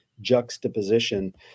juxtaposition